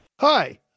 Hi